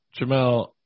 Jamel